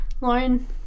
Lauren